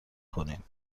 کنیم